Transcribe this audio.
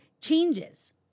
changes